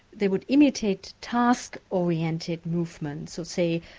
they would imitate task-oriented movements, say,